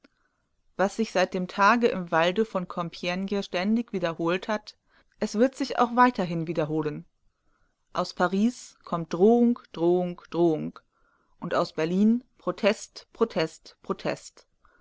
was sich seit dem tage im walde von compigne ständig wiederholt hat es wird sich auch weiterhin wiederholen aus paris kommt drohung drohung drohung und aus berlin protest protest protest